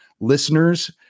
listeners